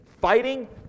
fighting